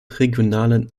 regionalen